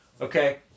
Okay